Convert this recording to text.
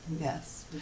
yes